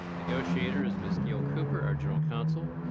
negotiator is ms. gail cooper, our general counsel,